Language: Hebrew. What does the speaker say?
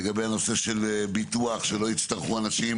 לגבי הנושא של ביטוח שלא יצטרכו אנשים